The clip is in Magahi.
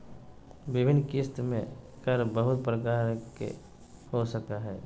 विभिन्न किस्त में कर बहुत प्रकार के हो सको हइ